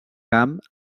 camp